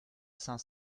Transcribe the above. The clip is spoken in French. cinq